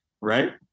right